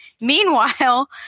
Meanwhile